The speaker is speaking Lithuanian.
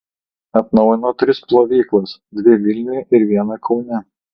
atnaujino tris plovyklas dvi vilniuje ir vieną kaune